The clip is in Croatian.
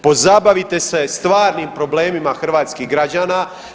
Pozabavite se stvarnim problemima hrvatskih građana.